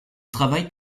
travaille